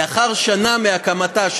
לאחר שנה מהקמתה,